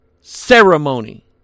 ceremony